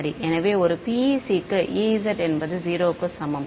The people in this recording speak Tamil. எனவே ஒரு PEC க்கு E z என்பது 0 க்கு சமம்